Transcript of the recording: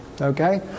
Okay